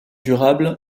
durable